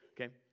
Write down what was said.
okay